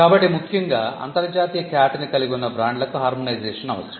కాబట్టి ముఖ్యంగా అంతర్జాతీయ ఖ్యాతిని కలిగి ఉన్న బ్రాండ్లకు హార్మోనైజేషన్ అవసరం